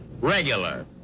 Regular